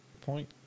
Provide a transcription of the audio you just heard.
Point